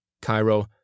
Cairo